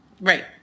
Right